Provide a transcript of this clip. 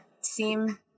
seem